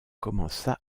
commença